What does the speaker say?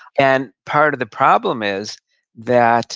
and part of the problem is that